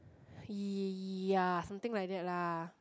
y~ ya something like that lah